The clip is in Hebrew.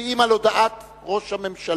מצביעים על הודעת ראש הממשלה.